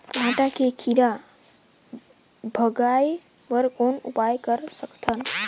भांटा के कीरा भगाय बर कौन उपाय कर सकथव?